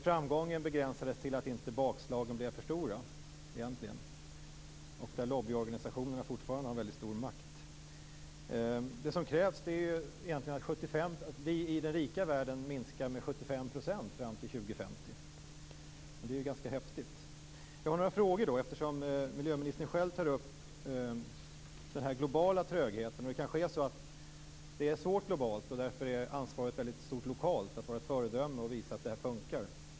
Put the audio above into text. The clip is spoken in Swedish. Framgången begränsades egentligen till att inte bakslagen blev för stora. Ofta har lobbyorganisationerna fortfarande väldigt stor makt. Det som krävs är att vi i den rika världen minskar utsläppen med 75 % fram till 2050. Och det är ju ganska häftigt. Sedan har jag några frågor. Miljöministern tar själv upp den globala trögheten. Det kanske är så att det är svårt globalt, och därför är ansvaret väldigt stort lokalt att vara ett föredöme och visa att det här funkar.